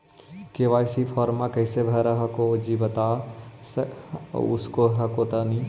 KYC फॉर्मा कैसे भरा हको जी बता उसको हको तानी?